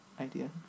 idea